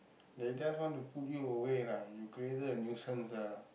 they just want to put you away lah you created a nuisance lah